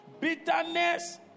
Bitterness